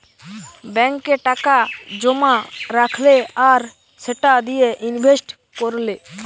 ব্যাংকে টাকা জোমা রাখলে আর সেটা দিয়ে ইনভেস্ট কোরলে